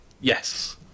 Yes